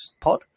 pod